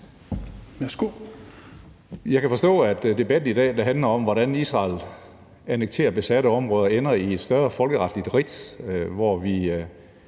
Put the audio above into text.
Jeg kan forstå, at debatten i dag, der handler om, hvordan Israel annekterer besatte områder, ender i et større folkeretligt ridt, hvor vi